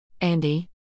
Andy